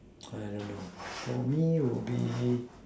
I don't know for me would be